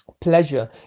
pleasure